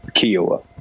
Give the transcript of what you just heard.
Kiowa